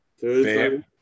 Thursday